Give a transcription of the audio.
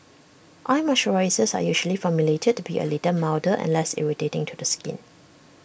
eye moisturisers are usually formulated to be A little milder and less irritating to the skin